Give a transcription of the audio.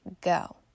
go